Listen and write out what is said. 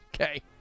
Okay